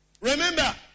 Remember